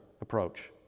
approach